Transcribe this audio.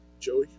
joey